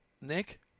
Nick